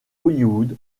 hollywood